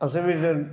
असें बी